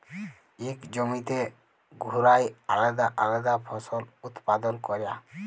ইক জমিতে ঘুরায় আলেদা আলেদা ফসল উৎপাদল ক্যরা